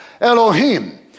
Elohim